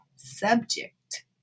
Subject